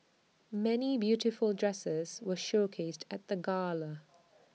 many beautiful dresses were showcased at the gala